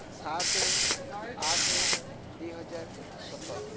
ସାତ ଆଠ ଦୁଇ ହଜାର ସତର